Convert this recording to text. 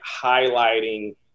highlighting